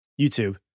YouTube